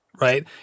right